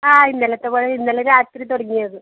ആ ഇന്നലത്ത പോലെ ഇന്നലെ രാത്രി തുടങ്ങിയത്